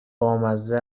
بامزه